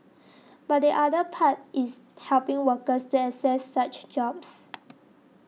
but the other part is helping workers to access such jobs